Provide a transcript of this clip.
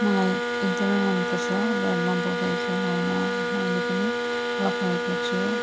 मलाई एकदमै मनपर्छ घरमा बगैँचा लगाउन मैले पनि लगाएको छु